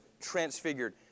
transfigured